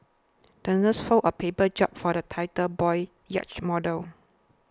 the nurse folded a paper jib for the title boy's yacht model